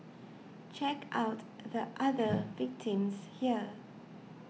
check out the other victims here